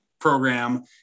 program